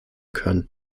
können